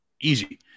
easy